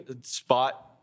spot